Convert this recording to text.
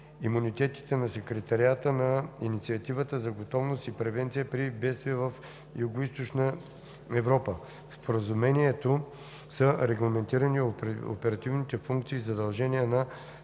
имунитетите на Секретариата на Инициативата за готовност и превенция при бедствия в Югоизточна Европа (DPPI SEE). В Споразумението са регламентирани оперативни функции и задължения на